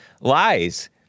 lies